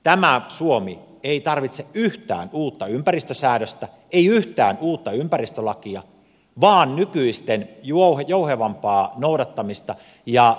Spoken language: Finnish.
tämä suomi ei tarvitse yhtään uutta ympäristösäädöstä ei yhtään uutta ympäristölakia vaan nykyisten jouhevampaa noudattamista ja toimintatapoja